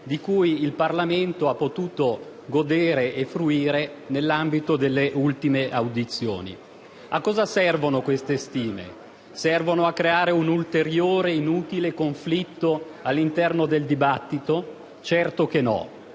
di cui il Parlamento ha potuto godere nell'ambito delle ultime audizioni. A cosa servono queste stime? A creare un ulteriore inutile conflitto all'interno del dibattito? Certo che no.